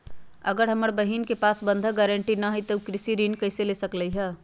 अगर हमर बहिन के पास बंधक गरान्टी न हई त उ कृषि ऋण कईसे ले सकलई ह?